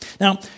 Now